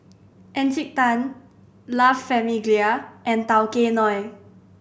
Encik Tan La Famiglia and Tao Kae Noi